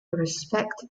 respect